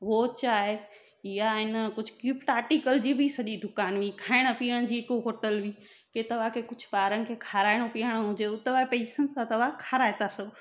उहो चाहे या आहे न कुझु गिफ्ट आर्टिकल जी बि सॼी दुकानु हुई खाइण पीअण जी हिकु होटल हुई कि तव्हांखे कुझु ॿारनि खे खाराइणो पीआरणो हुजे त हुते ता पैसनि सां तव्हां खाराए था सघो